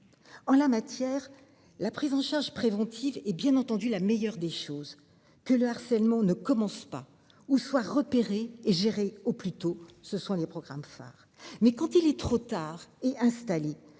En la matière, la prise en charge préventive et bien entendu la meilleure des choses que le harcèlement ne commence pas ou soit repéré et gérer au plus tôt. Ce sont les programmes phares mais quand il est trop tard, il installe